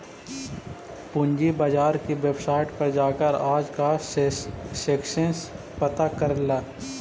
पूंजी बाजार की वेबसाईट पर जाकर आज का सेंसेक्स पता कर ल